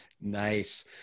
Nice